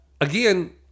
again